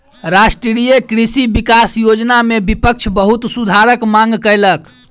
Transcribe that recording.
राष्ट्रीय कृषि विकास योजना में विपक्ष बहुत सुधारक मांग कयलक